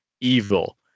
evil